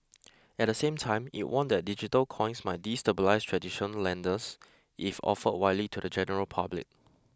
at the same time it warned that digital coins might destabilise traditional lenders if offered widely to the general public